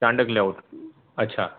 Chandak layout अच्छा